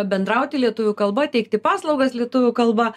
bendrauti lietuvių kalba teikti paslaugas lietuvių kalba